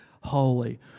holy